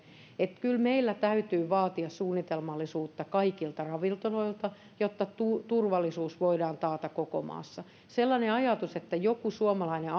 että kyllä meillä täytyy vaatia suunnitelmallisuutta kaikilta ravintoloilta jotta tuo turvallisuus voidaan taata koko maassa sellainen ajatus että joku suomalainen